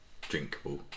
drinkable